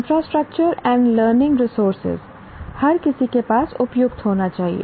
infrastructure and learning resources हर किसी के पास उपयुक्त होना चाहिए